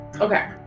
Okay